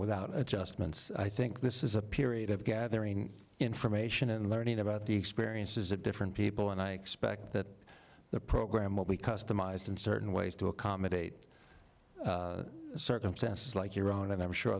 without adjustments i think this is a period of gathering information and learning about the experiences of different people and i expect that the program will be customized in certain ways to accommodate circumstances like your own and i'm sure